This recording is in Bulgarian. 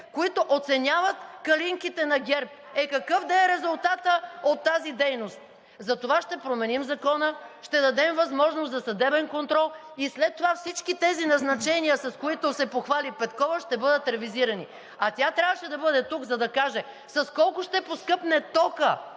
които оценяват „калинките“ на ГЕРБ. Е, какъв да е резултатът от тази дейност? Затова ще променим Закона, ще дадем възможност за съдебен контрол и след това всички тези назначения, с които се похвали Петкова, ще бъдат ревизирани. А тя трябваше да бъде тук, за да каже с колко ще поскъпне токът